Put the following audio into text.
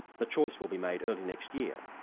the choice will be made early next year.